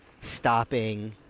stopping